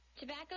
Tobacco